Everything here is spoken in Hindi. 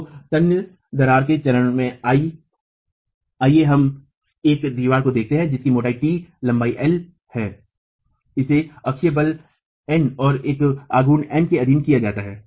तो तन्य दरार के चरण में I आइए हम एक दीवार को देखते हैं जिसकी मोटाई t लंबाई l है इसे अक्षीय बल N और एक आघूर्ण M के अधीन किया जाता है